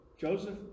joseph